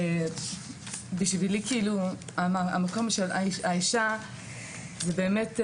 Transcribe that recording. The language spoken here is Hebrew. ובשבילי המקום של האישה זה באמת,